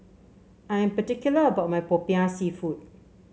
I am particular about my Popiah seafood